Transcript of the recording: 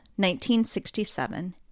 1967